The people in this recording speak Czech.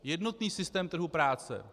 Jednotný systém trhu práce...